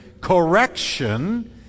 correction